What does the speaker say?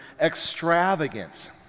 extravagant